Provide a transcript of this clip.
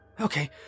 Okay